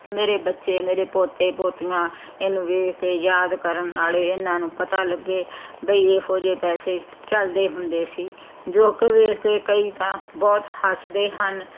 ਮੇਰੇ ਬੱਚੇ ਮੇਰੇ ਪੋਤੇ ਪੋਤੀਆਂ ਇਹਨੂੰ ਵੇਖ ਕੇ ਯਾਦ ਕਰਨ ਨਾਲੇ ਇਹਨਾਂ ਨੂੰ ਪਤਾ ਲੱਗੇ ਬਈ ਇਹੋ ਜਿਹੇ ਪੈਸੇ ਚੱਲਦੇ ਹੁੰਦੇ ਸੀ ਜੋ ਕਿ ਵੇਖ ਕੇ ਕਈ ਤਾਂ ਬਹੁਤ ਹੱਸਦੇ ਹਨ